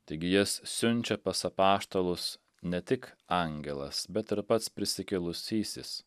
taigi jas siunčia pas apaštalus ne tik angelas bet ir pats prisikėlusysis